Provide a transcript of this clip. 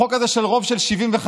החוק הזה של רוב של 75,